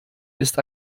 ist